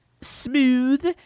smooth